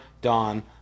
dawn